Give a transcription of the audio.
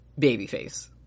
Babyface